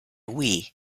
wii